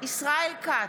ישראל כץ,